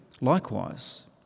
likewise